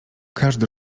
każdy